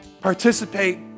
participate